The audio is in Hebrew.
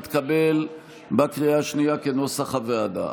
כנוסח הוועדה,